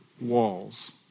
walls